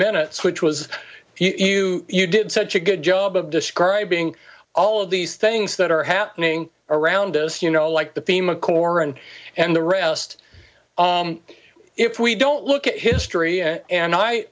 minutes which was you you did such a good job of describing all of these things that are happening around us you know like the theme of coron and the rest if we don't look at history and